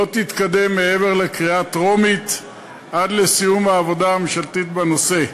לא תתקדם מעבר לקריאה טרומית עד לסיום העבודה הממשלתית בנושא.